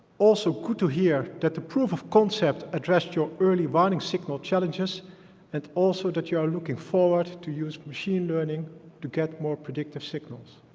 also, good to hear that the proof of concept addressed your early warning signal challenges and also that you are looking forward to use machine learning to get more predictive signals.